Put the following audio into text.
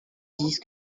disent